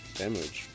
damage